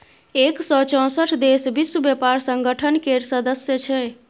एक सय चौंसठ देश विश्व बेपार संगठन केर सदस्य छै